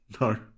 No